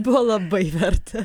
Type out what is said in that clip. buvo labai verta